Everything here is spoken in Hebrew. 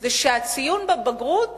היא שהציון בבגרות